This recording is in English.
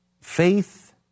Faith